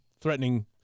threatening